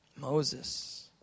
Moses